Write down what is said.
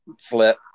flip